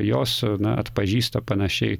jos na atpažįsta panašiai